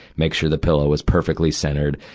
make sure the pillow was perfectly centered.